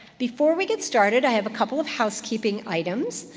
before we get started, i have a couple of housekeeping items.